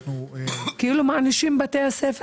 כאילו מענישים את בתי הספר